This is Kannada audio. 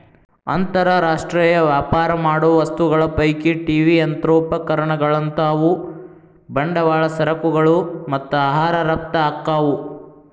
ಅಂತರ್ ರಾಷ್ಟ್ರೇಯ ವ್ಯಾಪಾರ ಮಾಡೋ ವಸ್ತುಗಳ ಪೈಕಿ ಟಿ.ವಿ ಯಂತ್ರೋಪಕರಣಗಳಂತಾವು ಬಂಡವಾಳ ಸರಕುಗಳು ಮತ್ತ ಆಹಾರ ರಫ್ತ ಆಕ್ಕಾವು